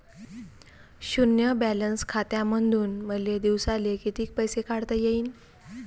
शुन्य बॅलन्स खात्यामंधून मले दिवसाले कितीक पैसे काढता येईन?